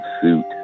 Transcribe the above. suit